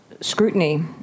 scrutiny